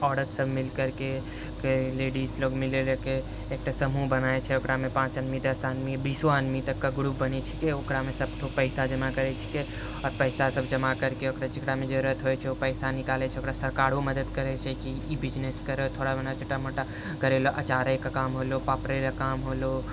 औरतसभ मिलकरके लेडीजलोक मिलकरके एकटा समूह बनाय छै ओकरामे पाँच आदमी दस आदमी बिसो आदमी तकके ग्रुप बनै छै ओकरामे सभठो पैसा जमा करै छियै आ पैसासभ जमा करके जकरामे जरूरत होइ छै ओ पैसा निकालै छै ओकरा सरकारो मदद करै छै की ई बिज़नेस करए थोड़ा मोरा छोटा मोटा करय लए अचारेके काम होलौ पापड़ेके काम होलौ